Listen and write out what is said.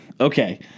Okay